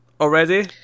already